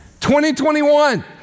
2021